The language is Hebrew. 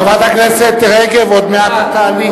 חברת הכנסת רגב, עוד מעט את תעלי.